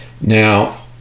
now